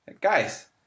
Guys